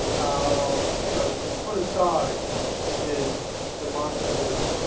um you know, put aside his demonstrative